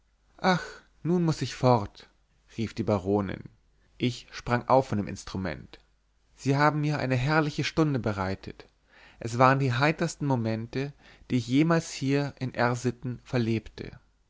nun muß ich fort rief die baronin ich sprang auf vom instrument sie haben mir eine herrliche stunde bereitet es waren die heitersten momente die ich jemals hier in r sitten verlebte